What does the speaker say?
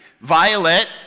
Violet